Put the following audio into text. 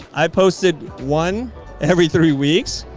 i posted one every three weeks.